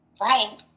Right